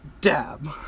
Dab